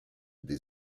des